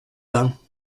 bains